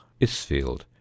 isfield